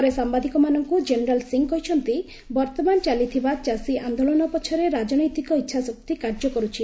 ପରେ ସାମ୍ବାଦିକମାନଙ୍କୁ ଜେନେରାଲ୍ ସିଂହ କହିଛନ୍ତି ବର୍ତ୍ତମାନ ଚାଲିଥିବା ଚାଷୀ ଆନ୍ଦୋଳନ ପଛରେ ରାଜନୈତିକ ଇଚ୍ଛାଶକ୍ତି କାର୍ଯ୍ୟ କରୁଛି